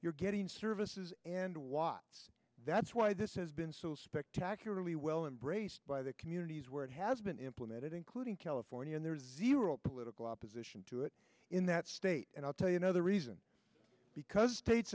you're getting services and watts that's why this has been so spectacularly well embrace by the communities where it has been implemented including california and there's zero political opposition to it in that state and i'll tell you no the reason because states